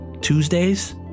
Tuesdays